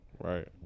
Right